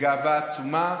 בגאווה עצומה,